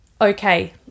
okay